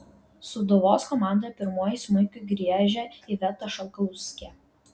sūduvos komandoje pirmuoju smuiku griežia iveta šalkauskė